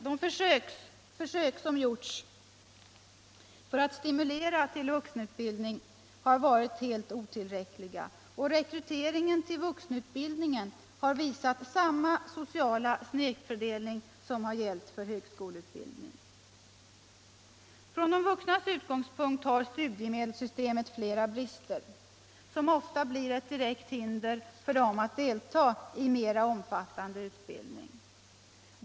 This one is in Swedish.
De försök som gjorts för att stimulera till vuxenutbildning har varit helt otillräckliga och rekryteringen till vuxenutbildningen har visat samma sociala snedfördelning som gällt för högskoleutbildning. Från de vuxnas utgångspunkt har studiemedelssystemet flera brister, som ofta blir ett direkt hinder för dem att delta i mera omfattande utbildning.